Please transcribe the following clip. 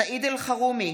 סעיד אלחרומי,